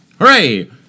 hooray